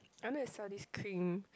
I wanted to sell this cream